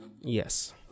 Yes